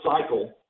cycle